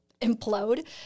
implode